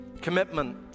Commitment